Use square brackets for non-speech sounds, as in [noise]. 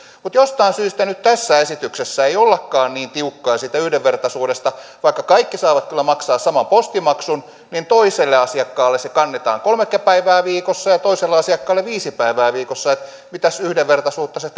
mutta jostain syystä nyt tässä esityksessä ei ollakaan niin tiukkoja siitä yhdenvertaisuudesta vaikka kaikki saavat kyllä maksaa saman postimaksun niin toiselle asiakkaalle posti kannetaan kolme päivää viikossa ja toiselle asiakkaalle viisi päivää viikossa mitäs yhdenvertaisuutta se [unintelligible]